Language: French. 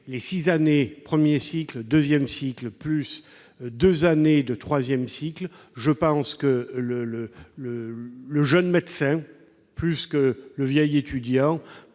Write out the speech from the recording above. après six années de premier et deuxième cycle, plus deux années de troisième cycle, le jeune médecin, plus que le vieil étudiant,